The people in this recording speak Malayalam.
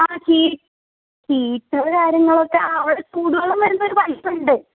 ആ ഹീ ഹീറ്ററ് കാര്യങ്ങളൊക്കെ അവിടെ ചൂടുവെള്ളം വരുന്നൊരു പൈപ്പ്ണ്ട്